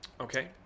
Okay